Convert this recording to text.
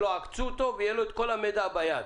שלא עקצו אותו, ויהיה לו כל המידע ביד.